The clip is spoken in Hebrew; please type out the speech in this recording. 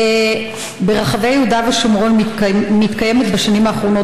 ברחבי יהודה ושומרון מתקיימת בשנים האחרונות